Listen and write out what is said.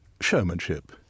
showmanship